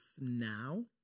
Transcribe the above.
now